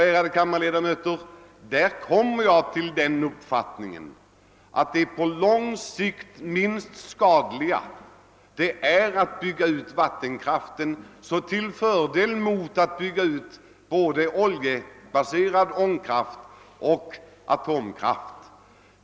Ärade kammarledamöter, jag kommer då till den uppfattningen att det på lång sikt minst skadliga är att bygga ut vat tenkraften, som är fördelaktigare än såväl oljesom atomkraften.